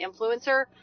influencer